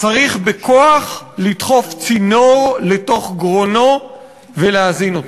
צריך בכוח לדחוף צינור לתוך גרונו ולהזין אותו.